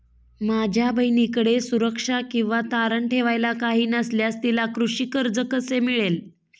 माझ्या बहिणीकडे सुरक्षा किंवा तारण ठेवायला काही नसल्यास तिला कृषी कर्ज कसे मिळेल?